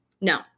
no